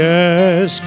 Yes